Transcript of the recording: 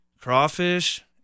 crawfish